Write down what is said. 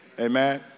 Amen